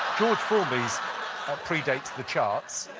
george formby's predates the charts.